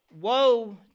Woe